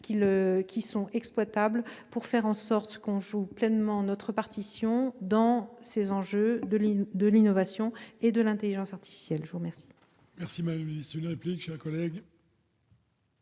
d'éléments exploitables pour faire en sorte que l'on joue pleinement notre partition dans ces enjeux de l'innovation et de l'intelligence artificielle. La parole